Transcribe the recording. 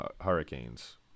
Hurricanes